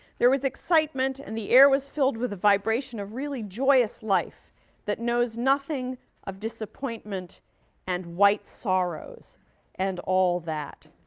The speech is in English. there was excitement and the air was filled with the vibration of really joyous life that knows nothing of disappointment and white sorrows and all that.